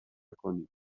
کنید